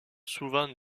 souvent